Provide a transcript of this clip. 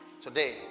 today